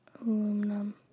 aluminum